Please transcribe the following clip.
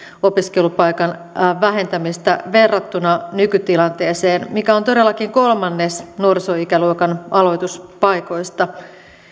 opiskelupaikan vähentämistä verrattuna nykytilanteeseen mikä on todellakin kolmannes nuorisoikäluokan aloituspaikoista